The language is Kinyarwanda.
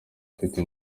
afite